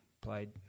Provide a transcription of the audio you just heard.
played